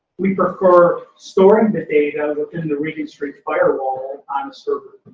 we prefer storing the data within the regenstrief firewall on a server